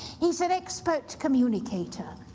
he's an expert communicator,